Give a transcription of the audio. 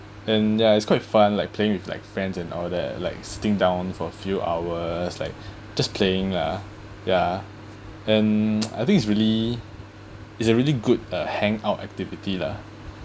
and ya it's quite fun like playing with like friends and all that like sitting down for few hours like just playing lah ya and I think it's really it's a really good uh hangout activity lah